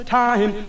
time